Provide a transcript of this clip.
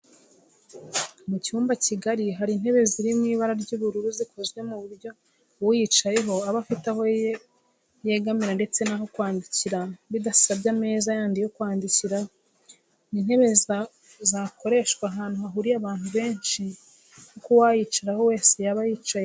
Mu cyumba kigari hari intebe ziri mu ibara ry'ubururu zikozwe ku buryo uyicayeho aba afite aho yegamira ndetse n'aho kwandikira bidasabye ameza yandi yo kwandikiraho. Ni intebe zakoreshwa ahantu hahuriye abantu benshi kuko uwayicaraho wese yaba yicaye neza